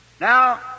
Now